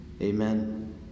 Amen